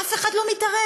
אף אחד לא מתערב,